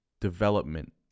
development